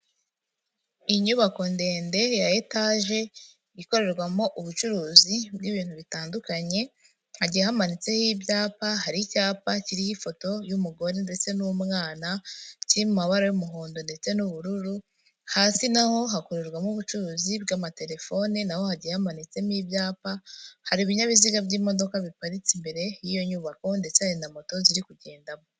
Inyubako ndende ya etaje ikorerwamo ubucuruzi bw'ibintu bitandukanye, haguye hamanitseho ibyapa hari icyapa kiriho ifoto y'umugore ndetse n'umwana kiri mabara y'umuhondo ndetse n'ubururu hasi na ho hakorerwamo ubucuruzi bw'amatelefone, na ho hagiye hamanitsemo ibyapa hari ibinyabiziga by'imodoka biparitse imbere y'iyo nyubako ndetse hari na moto ziri kugendamo.